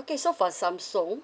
okay so for samsung